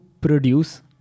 produce